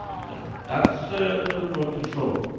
so, that's ah the remote control.